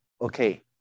okay